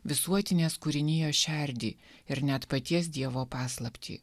visuotinės kūrinijos šerdį ir net paties dievo paslaptį